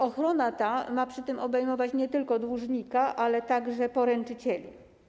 Ochrona ta ma przy tym obejmować nie tylko dłużnika, ale także poręczycieli.